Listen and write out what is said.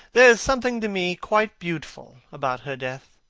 there is something to me quite beautiful about her death.